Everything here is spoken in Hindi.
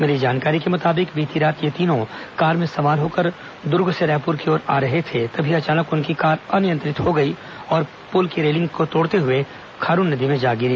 मिली जानकारी के मुताबिक बीती रात ये तीनों कार में सवार होकर दूर्ग से रायपुर की ओर आ रहे थे तभी अचानक उनकी कार अनियंत्रित हो गई और पुल की रेलिंग को तोड़ते हुए खारून नदी में जा गिरी